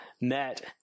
met